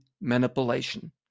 manipulation